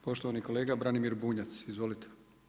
Poštovani kolega Branimir Bunjac, izvolite.